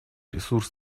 ресурс